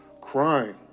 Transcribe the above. crying